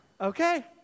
Okay